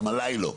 גם עליי לא.